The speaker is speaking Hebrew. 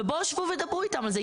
ובואו שבו ודברו איתם על הזה.